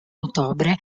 ottobre